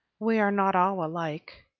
we are not all alike.